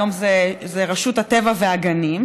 היום זה רשות הטבע והגנים,